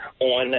on